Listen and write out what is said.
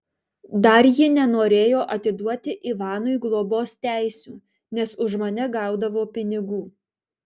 dar ji nenorėjo atiduoti ivanui globos teisių nes už mane gaudavo pinigų